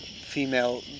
female